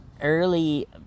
Early